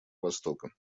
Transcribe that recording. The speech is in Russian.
востока